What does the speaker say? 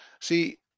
see